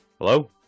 Hello